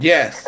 Yes